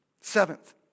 Seventh